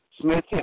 Smith